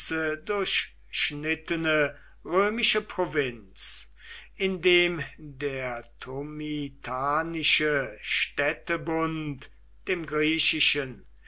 durchschnittene römische provinz indem der tomitanische städtebund dem griechischen